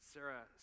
Sarah